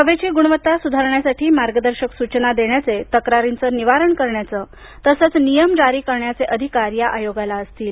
हवेची गुणवत्ता सुधारण्यासाठी मार्गदर्शक सूचना देण्याचे तक्रारींचे निवारण करण्याचे तसेच नियम जारी करण्याचे अधिकार या आयोगाला असतील